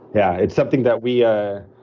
yeah. it's something that we. ah